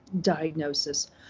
diagnosis